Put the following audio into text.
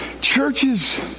Churches